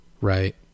right